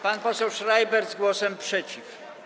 Pan poseł Schreiber z głosem przeciw.